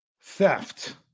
theft